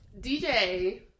dj